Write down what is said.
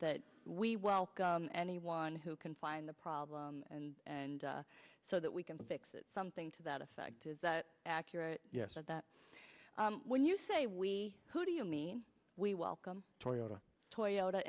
that we welcome anyone who can find the problem and so that we can fix it something to that effect is that accurate yes or that when you say we who do you mean we welcome toyota toyota